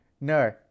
No